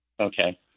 Okay